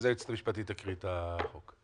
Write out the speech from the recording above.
כן היועצת המשפטית תקרא את הצעת החוק.